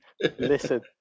Listen